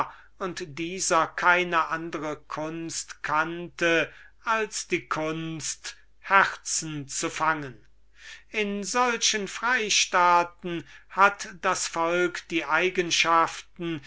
und dieser keine andre kunst kannte als die kunst sich der herzen zu bemeistern in solchen republiken hat das volk die eigenschaften